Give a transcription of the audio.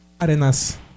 arenas